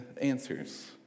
answers